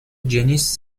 جنیس